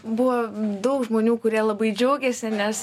buvo daug žmonių kurie labai džiaugėsi nes